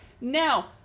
Now